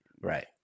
right